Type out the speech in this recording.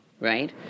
right